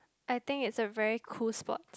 I think is a very cool sports